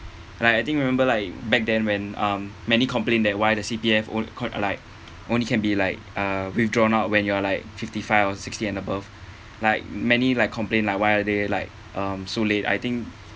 like I think remember like back then when um many complain that why the C_P_F what do you call like only can be like uh withdrawn out when you're like fifty-five or sixty and above like many like complain like why are they like um so late I think